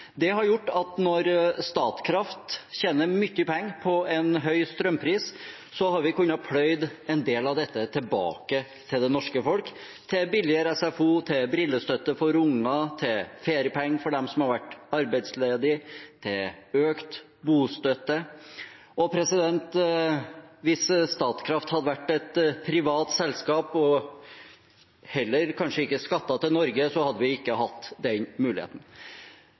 Det har gjort at når Statkraft tjener mye penger på en høy strømpris, har vi kunnet pløye en del av dette tilbake til det norske folk: til billigere SFO, til brillestøtte for unger, til feriepenger for dem som har vært arbeidsledige, til økt bostøtte. Hvis Statkraft hadde vært et privat selskap – og kanskje heller ikke skattet til Norge – hadde vi ikke hatt den muligheten.